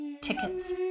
tickets